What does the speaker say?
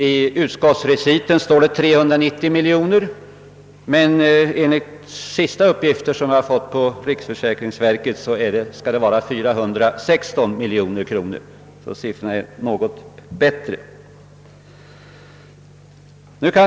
I utskottsreciten anger man beloppet till 390 miljoner kronor, men enligt senaste uppgifter från riksförsäkringsverket uppgår de fonderade medlen till 416 miljoner kronor, alltså en något högre siffra.